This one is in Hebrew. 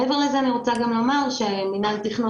מעבר לזה אני רוצה גם לומר שמינהל תכנון